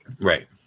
Right